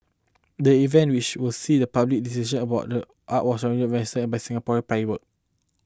the event which will see the public discussion about art was originally envisioned by Singaporean play world